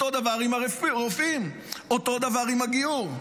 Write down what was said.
אותו דבר עם רופאים, אותו דבר עם הגיור.